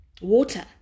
water